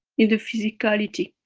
in the physicality.